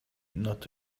not